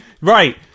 Right